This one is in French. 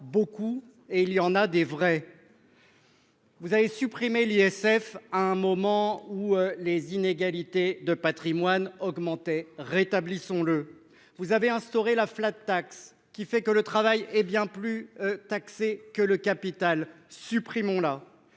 beaucoup et il y en a de vrais. Vous avez supprimé l'ISF à un moment où les inégalités de patrimoine augmentaient- rétablissons-le ! Vous avez supprimé la, ce qui fait que le travail est bien plus taxé que le capital- supprimons-la